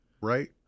right